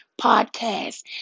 podcast